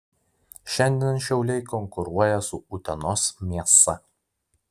šiandien šiauliai konkuruoja su utenos mėsa